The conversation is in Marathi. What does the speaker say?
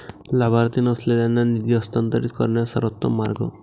लाभार्थी नसलेल्यांना निधी हस्तांतरित करण्याचा सर्वोत्तम मार्ग